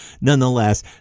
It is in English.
nonetheless